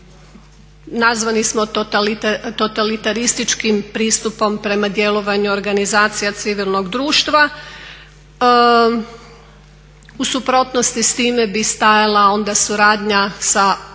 nazvani smo totalitarističkim pristupom prema djelovanju organizacija civilnog društva. U suprotnosti s time bi stajala onda suradnja sa ostvarenih